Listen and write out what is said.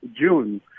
June